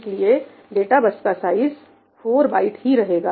इसलिए data bus का size 4 byte ही रहेगा